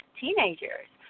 teenagers